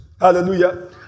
Hallelujah